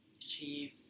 achieve